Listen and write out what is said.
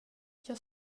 jag